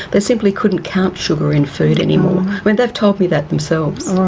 they simply couldn't count sugar in food anymore. i mean, they've told me that themselves.